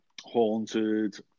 haunted